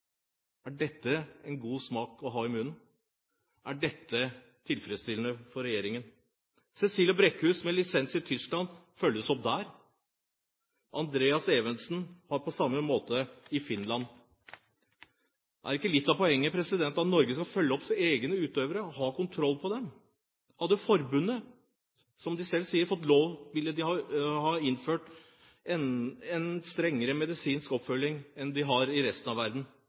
Er dette en god smak å ha i munnen? Er dette tilfredsstillende for regjeringen? Cecilia Brækhus, med lisens i Tyskland, følges opp der. Andreas Evensen har det på samme måte i Finland. Er ikke litt av poenget at Norge skal følge opp sine egne utøvere og ha kontroll på dem? Hadde forbundet, som de selv sier, fått lov, ville de ha innført en strengere medisinsk oppfølging enn de har i resten av verden.